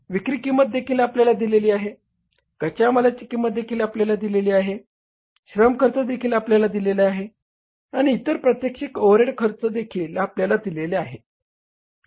विक्री किंमती देखील आपल्याला दिली आहे कच्या मालाची किंमत देखील आपल्याला दिली आहे श्रम खर्च देखील आपल्याला दिले आहे आणि इतर प्रात्यक्षिक ओव्हरहेड खर्च देखील आपल्याला दिले आहे